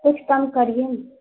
کچھ کم کریے نا